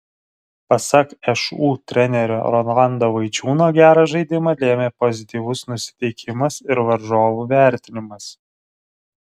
pasak šu trenerio rolando vaičiūno gerą žaidimą lėmė pozityvus nusiteikimas ir varžovų vertinimas